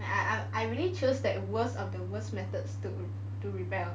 I I really choose the worst of the worst methods to to rebel